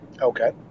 Okay